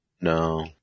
no